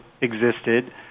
existed